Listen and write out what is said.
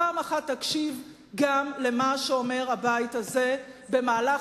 פעם אחת תקשיב גם למה שאומר הבית הזה במהלך